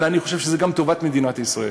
אלא אני חושב שזה גם טובת מדינת ישראל,